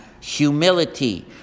humility